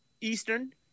Eastern